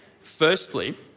Firstly